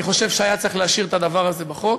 אני חושב שהיה צריך להשאיר את הדבר הזה בחוק,